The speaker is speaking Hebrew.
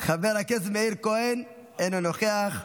חבר הכנסת מאיר כהן, אינו נוכח,